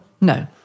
No